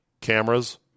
cameras